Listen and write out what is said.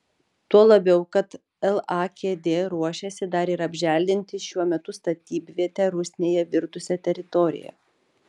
tuo labiau kad lakd ruošiasi dar ir apželdinti šiuo metu statybviete rusnėje virtusią teritoriją